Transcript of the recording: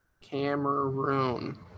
Cameroon